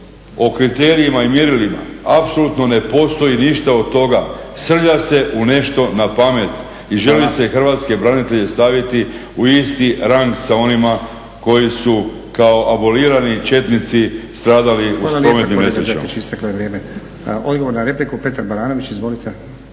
o kriterijima i mjerilima. Apsolutno ne postoji ništa od toga, srlja se u nešto napamet i želi se hrvatske branitelje staviti u isti rang sa onima koji su abolirani četnici stradali u prometnim nesrećama.